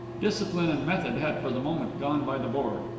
discipline and method had for the moment gone by the board.